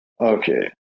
Okay